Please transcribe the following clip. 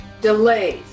Delays